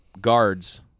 guards